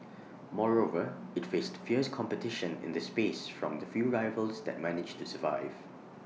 moreover IT faced fierce competition in the space from the few rivals that managed to survive